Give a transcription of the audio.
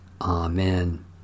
Amen